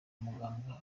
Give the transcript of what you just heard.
muganga